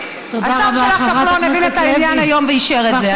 השר כחלון הבין את העניין היום ואישר את זה,